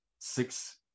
six